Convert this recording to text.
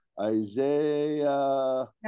Isaiah